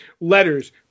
letters